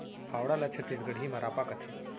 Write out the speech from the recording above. फावड़ा ल छत्तीसगढ़ी म रॉंपा कथें